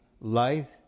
life